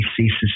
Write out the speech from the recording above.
ceases